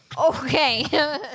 Okay